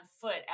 foot